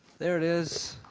there it is,